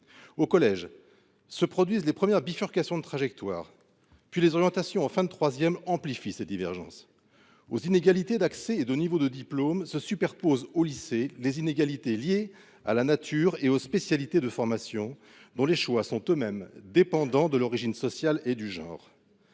Au collège se produisent les premières bifurcations de trajectoires. Puis les orientations en fin de troisième amplifient [l]es divergences. […] Aux inégalités d’accès et de niveau de diplôme se superposent au lycée des inégalités liées à la nature et aux spécialités des formations, dont les choix sont eux mêmes fortement dépendants de l’origine sociale et du genre